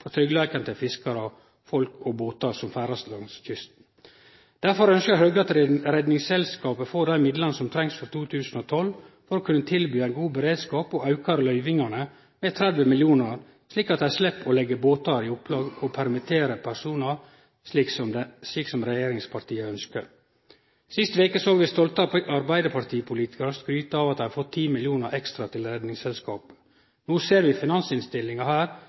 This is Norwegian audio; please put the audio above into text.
for tryggleiken til fiskarar, folk og båtar som ferdast langs kysten. Derfor ønskjer Høgre at Redningsselskapet får dei midlane som trengst for 2012 for å kunne tilby ein god beredskap, og aukar løyvingane med 30 mill. kr, slik at dei slepp å leggje båtar i opplag og permittere personar, slik som regjeringspartia ønskjer. Sist veke såg vi stolte arbeidarpartipolitikarar skryte av at dei hadde fått 10 mill. kr ekstra til Redningsselskapet. No ser vi i finansinnstillinga her